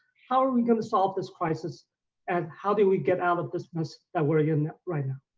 how are we gonna solve this crisis and how do we get out of this mess that we're in right now?